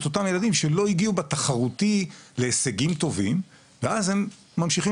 אותם ילדים שלא הגיעו בתחרותיות להישגים טובים ואז הם ממשיכים